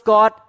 God